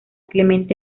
clemente